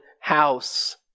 house